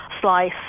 slice